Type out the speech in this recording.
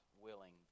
willing